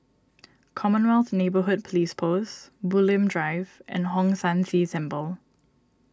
Commonwealth Neighbourhood Police Post Bulim Drive and Hong San See Temple